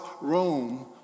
Rome